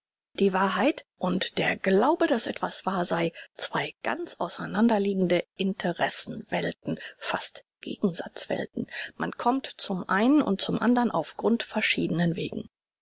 die wahrheit und der glaube daß etwas wahr sei zwei ganz auseinanderliegende interessen welten fast gegensatz welten man kommt zum einen und zum andern auf grundverschienen wegen